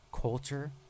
culture